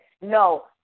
no